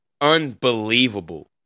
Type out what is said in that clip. unbelievable